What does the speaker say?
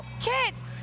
kids